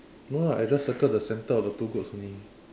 no lah I just circle the centre of the two goats only